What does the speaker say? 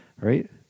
Right